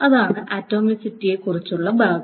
അതാണ് ആറ്റമിറ്റിയെക്കുറിച്ചുള്ള ഭാഗം